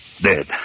Dead